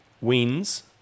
wins